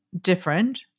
different